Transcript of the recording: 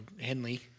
Henley